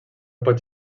pot